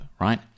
right